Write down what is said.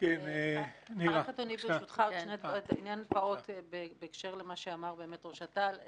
רק עוד עניין פעוט בהקשר למה שאמר ראש אט"ל.